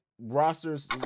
rosters